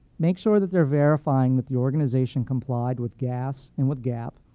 make sure that they're verifying that the organization complied with gas and with gap,